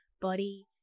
body